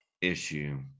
issue